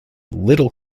little